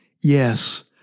Yes